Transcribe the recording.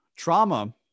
Trauma